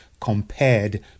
compared